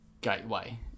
gateway